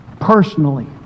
personally